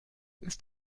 ist